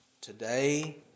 today